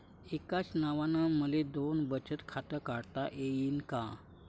एकाच नावानं मले दोन बचत खातं काढता येईन का?